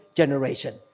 generation